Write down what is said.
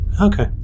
Okay